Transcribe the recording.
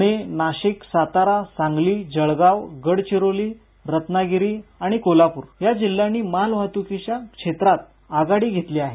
पुणे नाशिक सातारा सांगली जळगाव गडचिरोली रत्नागिरी आणि कोल्हापूर या जिल्ह्यांनी मालवाहतुकीच्या क्षेत्रात आघाडी घेतली आहे